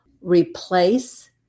Replace